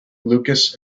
lukas